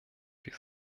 wir